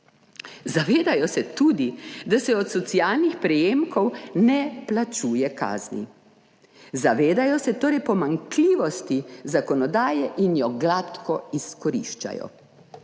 Zavedajo se tudi, da se od socialnih prejemkov ne plačuje kazni. Zavedajo se torej pomanjkljivosti zakonodaje in jo gladko izkoriščajo.